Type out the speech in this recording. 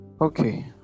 okay